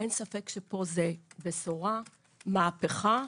אין ספק שזו בשורה פה, מהפכה.